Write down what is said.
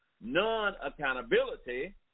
non-accountability